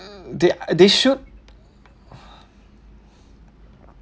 they they should